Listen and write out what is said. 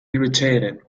irritated